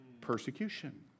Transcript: persecution